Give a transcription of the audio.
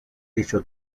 dicho